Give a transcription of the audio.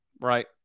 Right